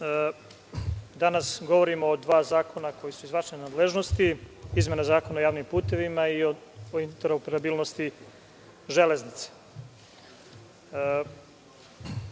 danas govorimo o dva zakona koja su iz vaše nadležnosti. Izmena Zakona o javnim putevima i o interoperabilnosti železnice. Ja